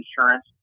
insurance